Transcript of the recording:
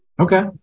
Okay